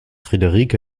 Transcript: friederike